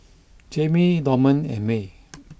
Jaime Dorman and Mae